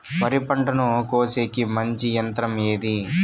వరి పంటను కోసేకి మంచి యంత్రం ఏది?